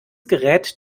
gerät